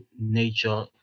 nature